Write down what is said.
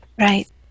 Right